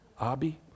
Abby